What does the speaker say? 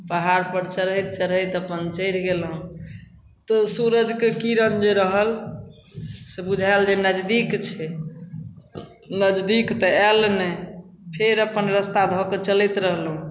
पहाड़पर चढ़ैत चढ़ैत अपन चढ़ि गेलहुँ तऽ सूरजके किरण जे रहल से बुझाएल जे नजदीक छै नजदीक तऽ आएल नहि फेर अपन रस्ता धऽके चलैत रहलहुँ